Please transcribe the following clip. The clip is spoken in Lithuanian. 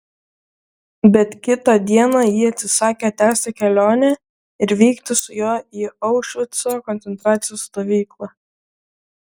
bet kitą dieną ji atsisakė tęsti kelionę ir vykti su juo į aušvico koncentracijos stovyklą